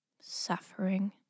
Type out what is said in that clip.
suffering